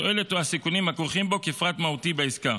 התועלת או הסיכונים הכרוכים בו, כפרט מהותי בעסקה.